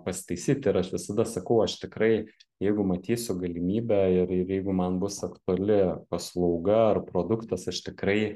pasitaisyt ir aš visada sakau aš tikrai jeigu matysiu galimybę ir ir jeigu man bus aktuali paslauga ar produktas aš tikrai